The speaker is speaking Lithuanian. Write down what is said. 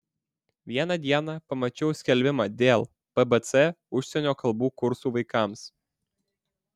vieną dieną pamačiau skelbimą dėl bbc užsienio kalbų kursų vaikams